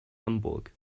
hamburg